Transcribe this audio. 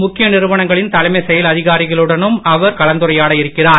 முக்கிய நிறுவனங்களின் தலைமை செயல் அதிகாரிகளுடனும் அவர் கலந்துரையாட இருக்கிறார்